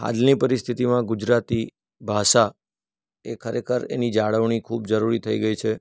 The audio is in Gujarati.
હાલની પરિસ્થિતિમાં ગુજરાતી ભાષા એ ખરેખર એની જાળવણી ખૂબ જરૂરી થઈ ગઈ છે